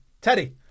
Teddy